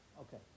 Okay